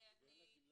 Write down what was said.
ואין לה גמלה?